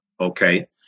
okay